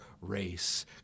race